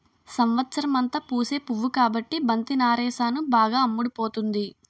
సంవత్సరమంతా పూసే పువ్వు కాబట్టి బంతి నారేసాను బాగా అమ్ముడుపోతుంది